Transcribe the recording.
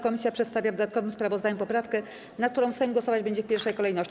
Komisja przedstawia w dodatkowym sprawozdaniu poprawkę, nad którą Sejm głosować będzie w pierwszej kolejności.